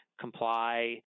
comply